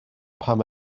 pam